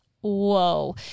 whoa